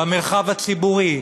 במרחב הציבורי,